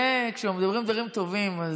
זה כשמדברים דברים טובים.